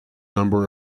number